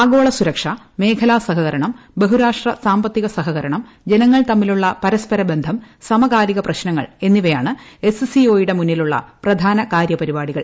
ആഗോള സുരക്ഷ മേഖല സഹകരണം ബഹുരാഷ്ട്ര സാമ്പത്തിക സഹകരണം ജനങ്ങൾ തമ്മിലുള്ള പരസ്പര ബന്ധം സമകാലിക പ്രശ്നങ്ങൾ എന്നിവയാണ് എസ് സി ഒ യുടെ മുന്നിലുള്ള പ്രധാന കാര്യപരിപാടികൾ